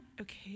okay